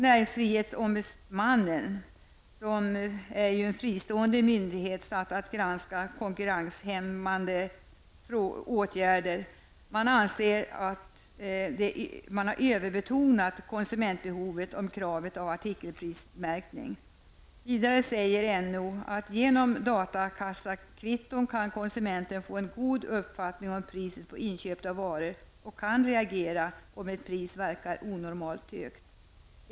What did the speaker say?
Näringsfrihetsombudsmannen, som ju är en fristående myndighet, satt att granska konkurrenshämmande åtgärder, anser att man överbetonat konsumentbehovet när det gäller krav på artikelprismärkning. Vidare säger NO att konsumenten genom datakassakvitton kan få en god uppfattning om priset på inköpta varor och kan reagera, om ett pris verkar onormalt högt.